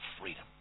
freedom